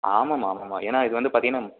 ஆமாம்மா ஆமாம்மா ஏன்னால் இது வந்து பார்த்தீங்கன்னா